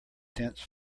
dense